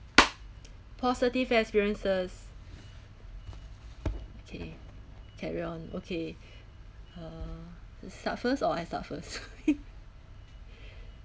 positive experiences okay carry on okay err you start first or I start first